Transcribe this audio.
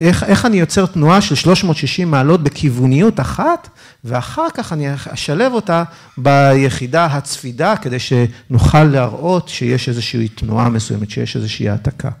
איך אני יוצר תנועה של 360 מעלות בכיווניות אחת ואחר כך אני אשלב אותה ביחידה הצפידה כדי שנוכל להראות שיש איזושהי תנועה מסוימת, שיש איזושהי העתקה.